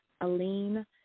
Aline